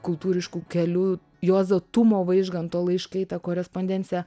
kultūrišku keliu juozo tumo vaižganto laiškai ta korespondencija